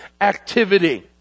activity